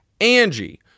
angie